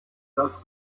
das